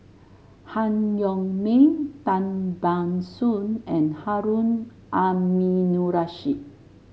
Han Yong May Tan Ban Soon and Harun Aminurrashid